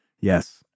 Yes